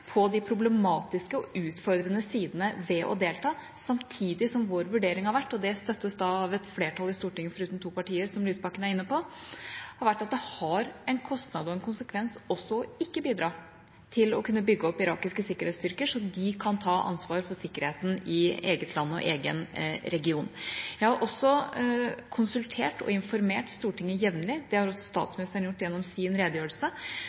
på de problematiske og utfordrende sidene ved å delta, samtidig som vår vurdering har vært – og det støttes da av et flertall i Stortinget, foruten to partier, som Lysbakken er inne på – at det har en kostnad og en konsekvens også ikke å bidra til å kunne bygge opp irakiske sikkerhetsstyrker så de kan ta ansvar for sikkerheten i eget land og egen region. Jeg har også konsultert og informert Stortinget jevnlig, og det har også statsministeren gjort gjennom sin redegjørelse,